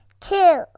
two